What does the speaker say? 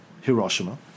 Hiroshima